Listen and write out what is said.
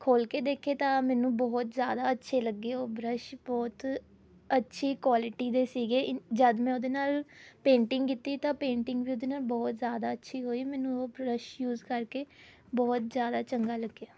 ਖੋਲ੍ਹ ਕੇ ਦੇਖੇ ਤਾਂ ਮੈਨੂੰ ਬਹੁਤ ਜ਼ਿਆਦਾ ਅੱਛੇ ਲੱਗੇ ਉਹ ਬਰੱਸ਼ ਬਹੁਤ ਅੱਛੀ ਕੁਆਟਿਲੀ ਦੇ ਸੀਗੇ ਇਨ ਜਦ ਮੈਂ ਉਹਦੇ ਨਾਲ ਪੇਂਟਿੰਗ ਕੀਤੀ ਤਾਂ ਪੇਂਟਿੰਗ ਵੀ ਉਹਦੇ ਨਾਲ ਬਹੁਤ ਜ਼ਿਆਦਾ ਅੱਛੀ ਹੋਈ ਮੈਨੂੰ ਉਹ ਬਰੱਸ਼ ਯੂਜ਼ ਕਰਕੇ ਬਹੁਤ ਜ਼ਿਆਦਾ ਚੰਗਾ ਲੱਗਿਆ